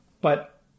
But-